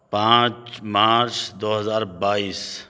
پانچ مارچ دو ہزار بائیس